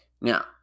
Now